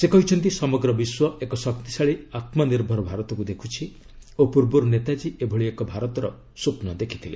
ସେ କହିଛନ୍ତି ସମଗ୍ର ବିଶ୍ୱ ଏକ ଶକ୍ତିଶାଳୀ ଆତ୍ମନିର୍ଭର ଭାରତକୁ ଦେଖୁଛି ଓ ପୂର୍ବରୁ ନେତାଜୀ ଏଭଳି ଏକ ଭାରତର ସ୍ୱପ୍ନ ଦେଖିଥିଲେ